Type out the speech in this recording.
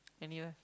anywhere